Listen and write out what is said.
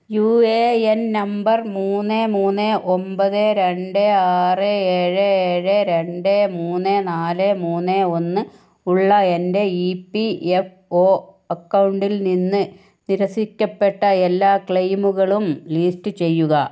U A N number മൂന്ന് മൂന്ന് ഒമ്പത് രണ്ട് ആറ് ഏഴ് ഏഴ് രണ്ട് മൂന്ന് നാല് മൂന്ന് ഒന്ന് ഉള്ള എൻ്റെ ഇ പി എഫ് ഒ അക്കൗണ്ടിൽ നിന്ന് നിരസിക്കപ്പെട്ട എല്ലാ ക്ലെയിമുകളും ലിസ്റ്റ് ചെയ്യുക